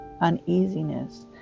uneasiness